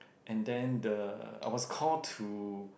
and then the I was call to